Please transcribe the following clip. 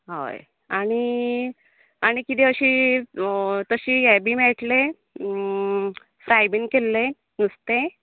हय आनी आनी किदे अशी अह तशी यें बी मेळटले फ्राय बीन केल्लें नुस्तें